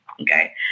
Okay